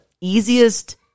easiest